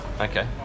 Okay